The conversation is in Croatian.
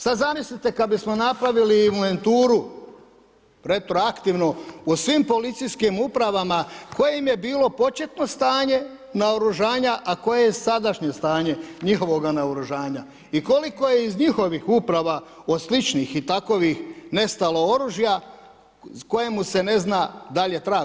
Sad zamislite kad bismo napravili inventuru retroaktivno u svim policijskim upravama koje im je bilo početno stanje naoružanja, a koje je sadašnje stanje njihovog naoružanja i koliko je iz njihovih uprava od sličnih i takovih nestalo oružja kojemu se ne zna dalje trag.